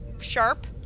sharp